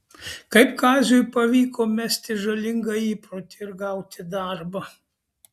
kaip kaziui pavyko mesti žalingą įprotį ir gauti darbą